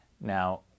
Now